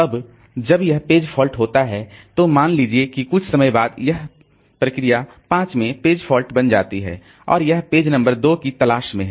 अब जब यह पेज फॉल्ट होता है तो मान लीजिए कि कुछ समय बाद यह प्रोसेस 5 में पेज फॉल्ट बन जाती है और यह पेज नंबर 2 की तलाश में है